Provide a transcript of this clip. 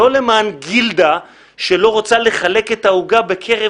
לא למען גילדה שלא רוצה לחלק את העוגה בקרב